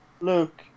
Luke